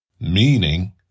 Meaning